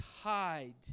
hide